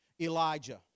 Elijah